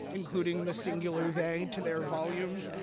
including the singular they to their volumes.